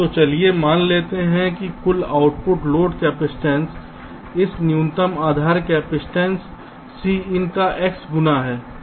तो चलिए मान लेते हैं कि कुल आउटपुट लोड कैपेसिटेंस इस न्यूनतम आधार कैपेसिटेंस Cin का X गुना है